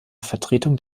vertretung